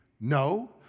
No